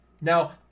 Now